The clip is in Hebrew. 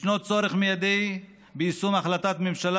ישנו צורך מיידי ביישום החלטות ממשלה